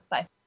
Bye